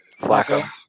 Flacco